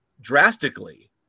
drastically